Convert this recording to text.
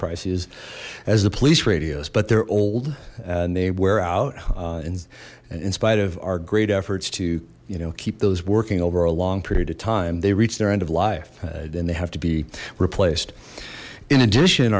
prices as the police radios but they're old and they wear out and in spite of our great efforts to you know keep those working over a long period of time they reach their end of life then they have to be replaced in addition